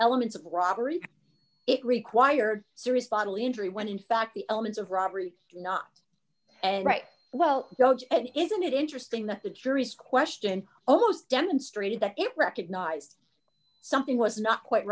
elements of robbery it required serious bodily injury when in fact the elements of robbery not and right well isn't it interesting that the jury's question almost demonstrated that it recognized something was not quite